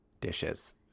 dishes